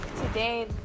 today